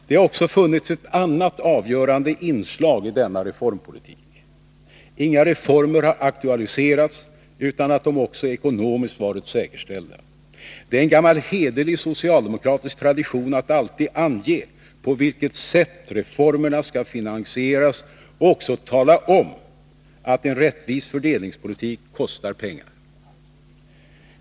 Det har också funnits ett annat avgörande inslag i denna reformpolitik. Inga reformer har aktualiserats utan att de också ekonomiskt varit säkerställda. Det är en gammal hederlig socialdemokratisk tradition att alltid ange på vilket sätt reformerna skall finansieras och också tala om att en rättvis fördelningspolitik kostar pengar.